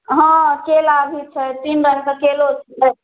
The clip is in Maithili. हँ केला भी छै तीन रङ्गके केलो छै